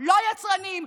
לא יצרנים,